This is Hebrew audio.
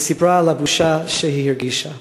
היא סיפרה על הבושה שהיא הרגישה.